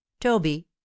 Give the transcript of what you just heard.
toby